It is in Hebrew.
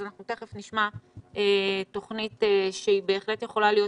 אז תכף נשמע תוכנית שבהחלט יכולה להיות